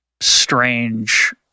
strange